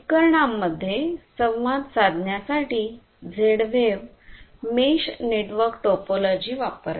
उपकरणांमध्ये संवाद साधण्यासाठी Z wave mesh network topology वापरते